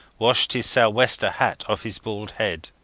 washed his sou-wester hat off his bald head.